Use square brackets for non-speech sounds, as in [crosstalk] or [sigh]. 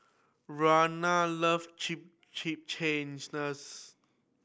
Vernon love [unintelligible] Chimichangas